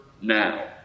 now